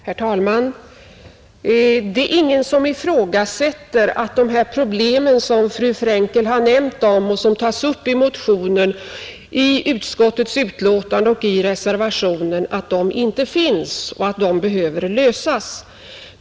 Herr talman! Det är ingen som ifrågasätter att de här problemen, som fru Frenkel har nämnt och som tas upp i motionen, i utskottets betänkande och i reservationen, finns och behöver lösas.